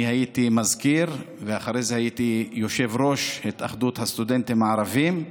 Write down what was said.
אני הייתי מזכיר ואחרי זה הייתי יושב-ראש התאחדות הסטודנטים הערבים.